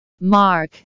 Mark